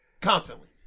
constantly